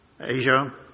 Asia